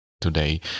today